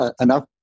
enough